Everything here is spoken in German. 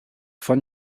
von